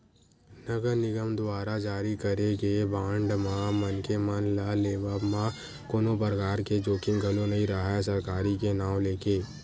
नगर निगम दुवारा जारी करे गे बांड म मनखे मन ल लेवब म कोनो परकार के जोखिम घलो नइ राहय सरकारी के नांव लेके